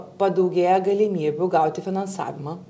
padaugėja galimybių gauti finansavimą